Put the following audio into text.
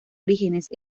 orígenes